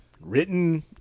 written